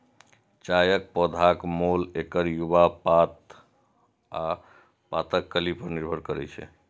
चायक पौधाक मोल एकर युवा पात आ पातक कली पर निर्भर करै छै